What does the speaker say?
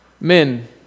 Men